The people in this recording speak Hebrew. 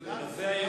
בבקשה.